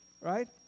Right